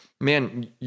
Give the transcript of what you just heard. man